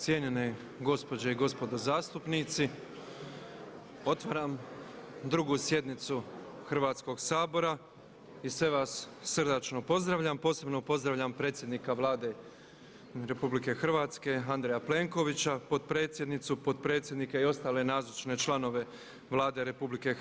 Cijenjene gospođe i gospodo zastupnici otvaram 2. sjednicu Hrvatskog sabora i sve vas srdačno pozdravljam posebno pozdravljam predsjednika Vlade RH Andreja Plenkovića, potpredsjednicu, potpredsjednika i ostale nazočne članove Vlade RH.